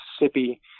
Mississippi